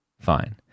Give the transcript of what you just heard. fine